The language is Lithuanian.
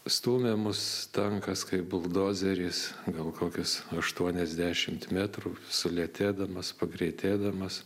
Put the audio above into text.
stūmė mus tankas kaip buldozeris gal kokius aštuoniasdešimt metrų sulėtėdamas pagreitėdamas